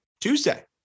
Tuesday